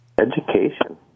Education